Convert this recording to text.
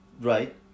Right